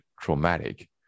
traumatic